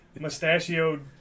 mustachioed